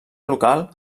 local